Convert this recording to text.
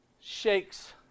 shakes